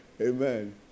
Amen